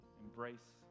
embrace